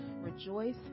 Rejoice